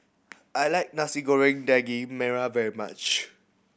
I like Nasi Goreng Daging Merah very much